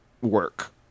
work